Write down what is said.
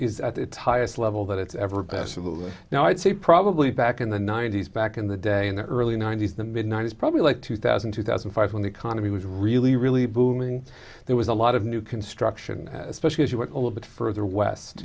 is at its highest level that it's ever bestival right now i'd say probably back in the ninety's back in the day in the early ninety's the mid ninety's probably like two thousand two thousand and five when the economy was really really booming there was a lot of new construction especially as you were a little bit further west